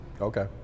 Okay